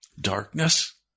Darkness